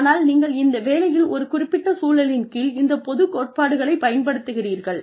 ஆனால் நீங்கள் இந்த வேலையில் ஒரு குறிப்பிட்ட சூழலின் கீழ் இந்த பொது கோட்பாடுகளை பயன்படுத்துகிறீர்கள்